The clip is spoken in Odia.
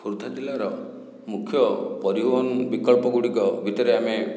ଖୋର୍ଦ୍ଧା ଜିଲ୍ଲାର ମୁଖ୍ୟ ପରିବହନ ବିକଳ୍ପ ଗୁଡ଼ିକ ଭିତରେ ଆମେ